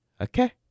okay